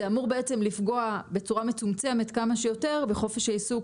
זה אמור לפגוע בצורה מצומצמת כמה שיותר בחופש העיסוק